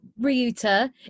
Ryuta